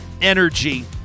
Energy